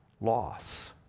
loss